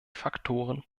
faktoren